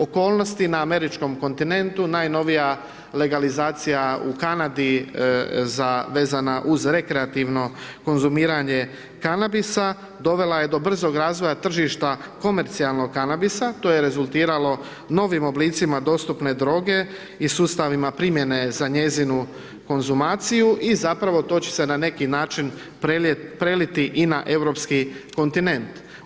Okolnosti na američkom kontinentu, najnovija legalizacija u Kanadi vezana uz rekreativno konzumiranje kanabisa, dovela je do brzog razvoja tržišta komercijalnog kanabisa, to je rezultiralo novim oblicima dostupne droge i sustavima primjene za njezinu konzumaciju i zapravo to će se na neki način preliti i na europski kontinent.